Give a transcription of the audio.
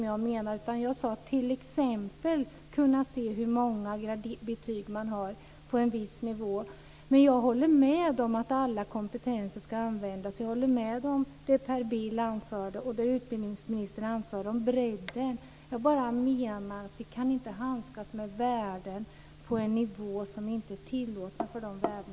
Jag sade att man t.ex. ska kunna se hur många betyg den sökande har på en viss nivå. Jag håller med om att alla kompetenser ska användas. Jag håller med om det Per Bill anförde och om det utbildningsministern anförde om bredden. Jag menar bara att vi inte kan handskas med värden på en nivå som inte är tillåten.